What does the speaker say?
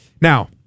Now